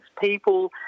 People